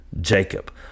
Jacob